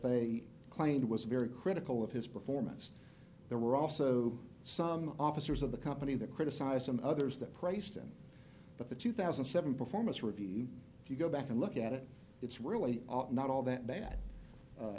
they claimed was very critical of his performance there were also some officers of the company that criticize and others that praised him but the two thousand and seven performance review if you go back and look at it it's really not all that bad